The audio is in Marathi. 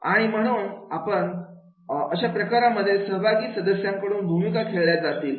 आहे आणि म्हणून अशा प्रकारांमध्ये सहभागी सदस्यांकडून भूमिका खेळल्या जातात